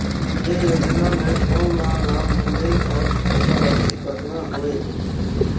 ये योजना मे कोन ला लाभ मिलेल और ओकर अवधी कतना होएल